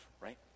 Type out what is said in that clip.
right